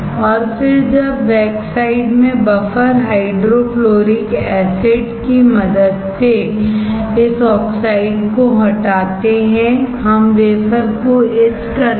फिर जब बैकसाइड में बफर हाइड्रो फ्लोरिक एसिड की मदद से इस ऑक्साइड को हटाते हैं हम वेफर को इच करते हैं